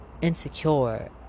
insecure